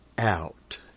out